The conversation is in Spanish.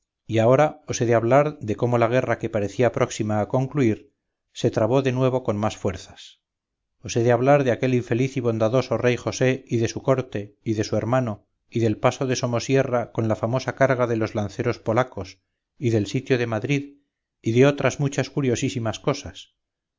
y ahora os he de hablar de cómo la guerra que parecía próxima a concluir se trabó de nuevo con más fuerzas os he de hablar de aquel infeliz y bondadoso rey josé y de su corte y de su hermano y del paso de somosierra con la famosa carga de los lanceros polacos y del sitio de madrid y de otras muchas curiosísimas cosas pero